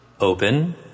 Open